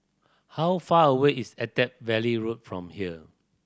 how far away is Attap Valley Road from here